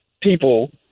people